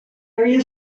area